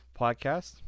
podcast